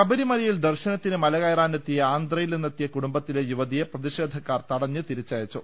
ശബരിമലയിൽ ദർശനത്തിന് മലകയറാനെത്തിയ ആന്ധ്രയിൽ നിന്നെത്തി യ കുടുംബത്തിലെ യുവതിയെ പ്രതിഷേധക്കാർ തടഞ്ഞ് തിരിച്ചയച്ചു